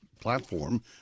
platform